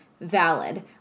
valid